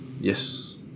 Yes